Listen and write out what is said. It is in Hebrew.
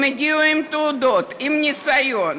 הם הגיעו עם תעודות, עם ניסיון.